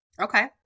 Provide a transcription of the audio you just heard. Okay